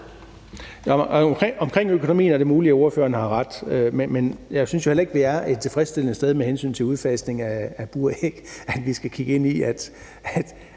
Vedrørende økonomien er det muligt at ordføreren har ret. Men jeg synes jo heller ikke, vi er et tilfredsstillende sted med hensyn til udfasning af buræg, når vi skal kigge ind i, at